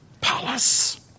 palace